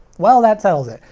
well, that settles it.